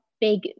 big